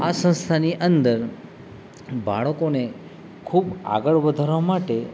આ સંસ્થાની અંદર બાળકોને ખૂબ આગળ વધારવા માટે